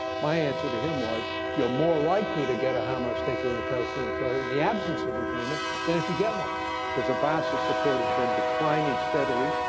my answer to him was, you're more likely to get a hamas takeover of the palestinian authority the absence of agreement than if you get one cause abbas's support has been declining steadily.